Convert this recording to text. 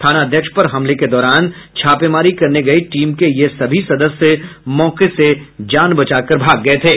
थानाध्यक्ष पर हमले के दौरान छापेमारी करने गयी टीम के ये सभी सदस्य मौके से जान बचाकर भाग गये थे